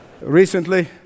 Recently